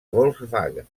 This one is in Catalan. volkswagen